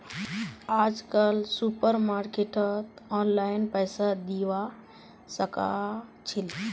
आजकल सुपरमार्केटत ऑनलाइन पैसा दिबा साकाछि